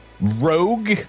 rogue